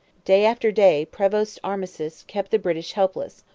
day after day prevost's armistice kept the british helpless,